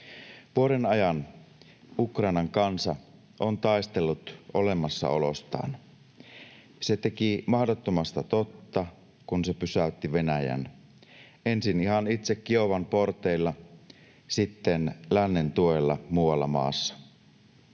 Vuoden ajan Ukrainan kansa on taistellut olemassaolostaan. Se teki mahdottomasta totta, kun se pysäytti Venäjän, ensin ihan itse Kiovan porteilla, sitten lännen tuella muualla maassa.